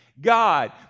God